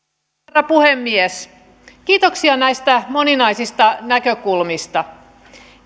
herra puhemies kiitoksia näistä moninaisista näkökulmista